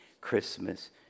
Christmas